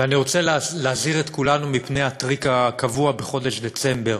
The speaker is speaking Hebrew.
ואני רוצה להזהיר את כולנו מפני הטריק הקבוע בחודש דצמבר: